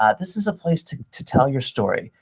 ah this is a place to to tell your story,